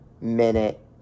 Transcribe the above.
minute